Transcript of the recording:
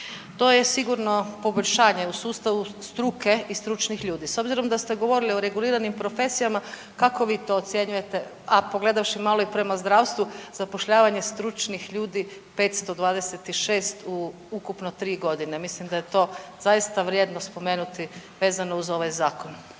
To je sigurno poboljšanje u sustavu struke i stručnih ljudi. S obzirom da ste govorili o reguliranim profesijama kako vi to ocjenjujete, a pogledavši malo i prema zdravstvu zapošljavanje stručnih ljudi 526 u ukupno tri godine? Mislim da je to zaista vrijedno spomenuti vezano uz ovaj zakon.